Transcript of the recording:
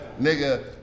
Nigga